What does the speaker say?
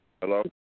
Hello